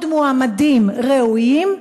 הרבה מאוד מועמדים ראויים,